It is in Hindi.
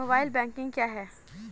मोबाइल बैंकिंग क्या है?